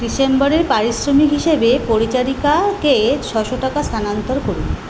ডিসেম্বরের পারিশ্রমিক হিসেবে পরিচারিকাকে ছশো টাকা স্থানান্তর করুন